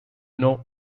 know